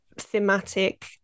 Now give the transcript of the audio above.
Thematic